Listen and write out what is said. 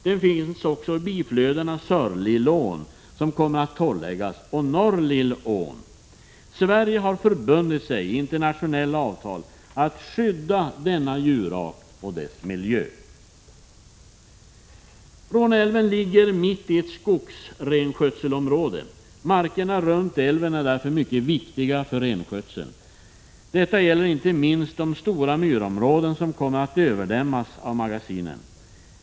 Den finns också i biflödena Sörlillån, som kommer att torrläggas, och Norrlillån. Sverige har i internationella avtal förbundit sig att skydda denna djurart och dess miljö. Råneälven ligger mitt i ett skogsrenskötselområde. Markerna runt älven är därför mycket viktiga för renskötseln. Detta gäller inte minst de stora myrområden som kommer att överdämmas av magasinen.